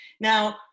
Now